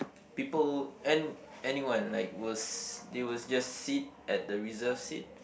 people and anyone like was they will just sit at the reserved seat